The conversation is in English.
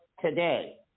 today